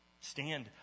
Stand